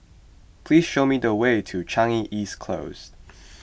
please show me the way to Changi East Close